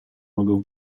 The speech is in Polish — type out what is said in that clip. mogę